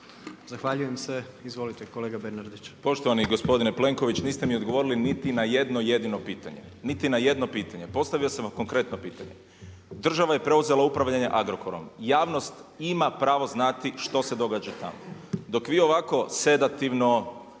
Zahvaljujem se. Izvolite kolega Bernardić. **Bernardić, Davor (SDP)** Poštovani gospodine Plenković, niste mi odgovorili niti na jedno jedino pitanje, niti na jedno pitanje. Postavio sam vam konkretno pitanje. Država je preuzela upravljanje Agrokorom, javnost ima pravo znati što se događa tamo. Dok vi ovako sedativno,